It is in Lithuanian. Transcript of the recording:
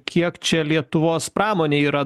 kiek čia lietuvos pramonė yra